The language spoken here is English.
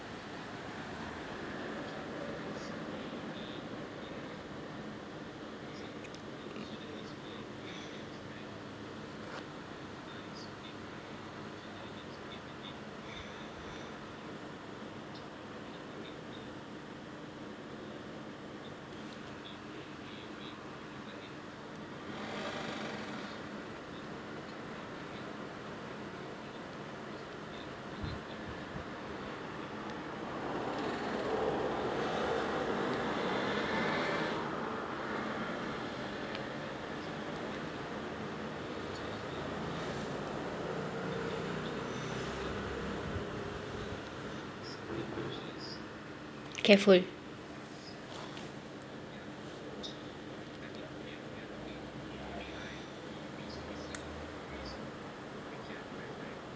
careful